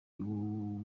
ubu